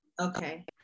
Okay